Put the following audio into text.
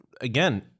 again